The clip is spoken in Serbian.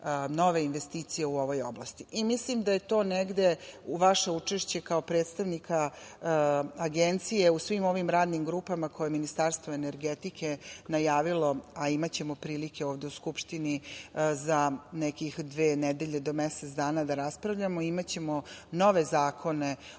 nove investicije u ovoj oblasti. Mislim da je to negde, vaše učešće kao predstavnika Agencije u svim ovim radnim grupama koje je Ministarstvo energetike najavilo, a imaćemo prilike ovde u Skupštini za nekih dve nedelje do mesec dana da raspravljamo. Imaćemo nove zakone